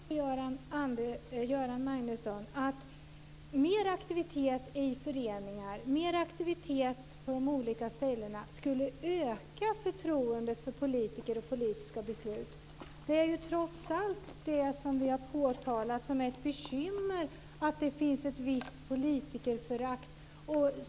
Fru talman! Menar Göran Magnusson att mer aktivitet i föreningar skulle öka förtroendet för politiker och politiska beslut? Vi har påtalat att det är ett bekymmer att det finns ett visst politikerförakt.